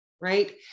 right